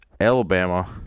Alabama